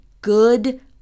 good